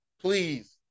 Please